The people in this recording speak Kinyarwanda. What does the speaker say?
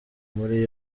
muri